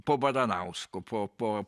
po baranausko po po